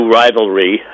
rivalry